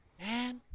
Man